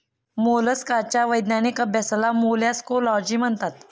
मोलस्काच्या वैज्ञानिक अभ्यासाला मोलॅस्कोलॉजी म्हणतात